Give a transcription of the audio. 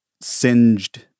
singed